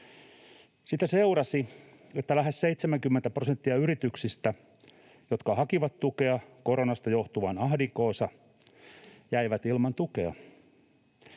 Siitä seurasi, että lähes 70 prosenttia yrityksistä, jotka hakivat tukea koronasta johtuvaan ahdinkoonsa, jäi ilman tukea.